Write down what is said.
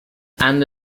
and